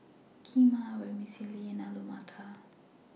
Kheema Vermicelli and Alu Matar